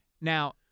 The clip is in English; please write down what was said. Now